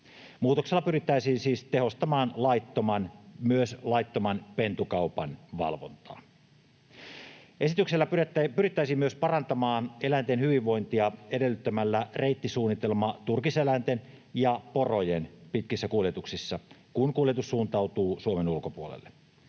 Muutoksella pyrittäisiin siis tehostamaan myös laittoman pentukaupan valvontaa. Esityksellä pyrittäisiin myös parantamaan eläinten hyvinvointia edellyttämällä reittisuunnitelma turkiseläinten ja porojen pitkissä kuljetuksissa, kun kuljetus suuntautuu Suomen ulkopuolelle.